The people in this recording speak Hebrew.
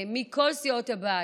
מכל סיעות הבית,